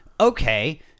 Okay